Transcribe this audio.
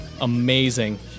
Amazing